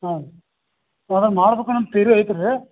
ಹಾಂ ಅದನ್ನ ಮಾಡ್ಬೇಕು ಅನ್ನೊ ಒಂದ್ ತಿಯರಿ ಐತಿ ರೀ